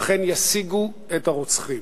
ואכן ישיגו את הרוצחים.